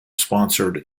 sponsored